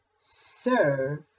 Serve